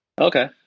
Okay